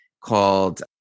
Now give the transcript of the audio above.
called